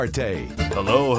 hello